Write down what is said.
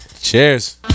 Cheers